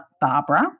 Barbara